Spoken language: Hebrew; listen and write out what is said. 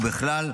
ובכלל,